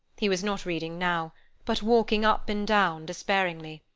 he was not reading now, but walking up and down despairingly.